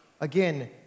again